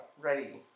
ready